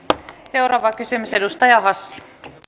seuraava kysymys edustaja hassi